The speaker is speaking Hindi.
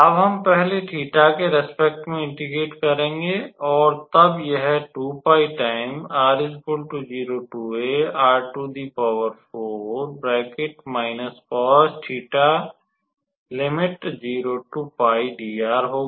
अब हम पहले 𝜃 के प्रति इंटेग्रेट करेंगे और तब यह हो जाएगा